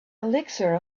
elixir